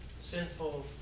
sinful